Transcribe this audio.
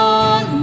on